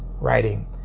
writing